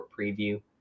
preview